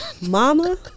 Mama